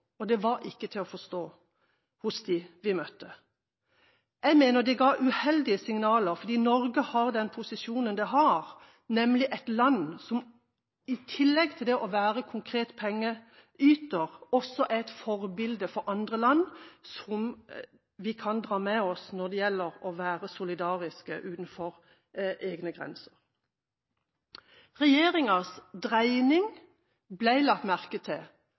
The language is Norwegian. og det var ikke til å forstå hos dem vi møtte. Jeg mener det ga uheldige signaler, fordi Norge har den posisjonen det har, nemlig som et land som – i tillegg til det å være en konkret pengeyter – er et forbilde for andre land, som vi kan dra med oss når det gjelder å være solidarisk utenfor egne grenser. Regjeringas dreining ble lagt merke til,